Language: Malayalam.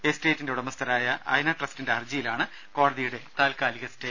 എസ്റ്റേറ്റിന്റെ ഉടമസ്ഥരായ അയന ട്രസ്റ്റിന്റെ ഹർജിയിലാണ് കോടതിയുടെ താൽക്കാലിക സ്റ്റേ